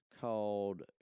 called